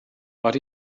but